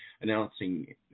announcing